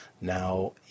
Now